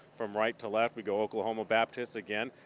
from right to left we go oklahoma baptist again.